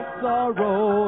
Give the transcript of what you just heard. sorrow